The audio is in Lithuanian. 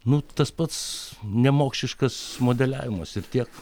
nu tas pats nemokšiškas modeliavimas ir tiek